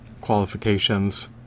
Qualifications